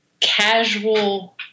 casual